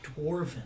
dwarven